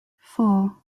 four